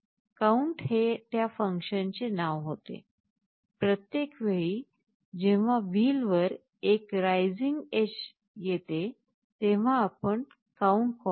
आठवा काउंट हे त्या फन्कशनचे नाव होते प्रत्येक वेळी जेव्हा wheelवर एक rising edge तेव्हा आपण काउंट कॉल करू